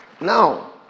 Now